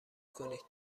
کنید